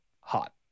hot